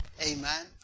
Amen